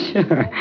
Sure